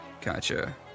Gotcha